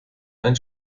ein